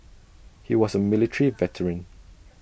he was A military veteran